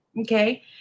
okay